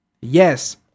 Yes